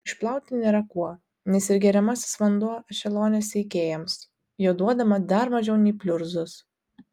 išplauti nėra kuo nes ir geriamasis vanduo ešelone seikėjamas jo duodama dar mažiau nei pliurzos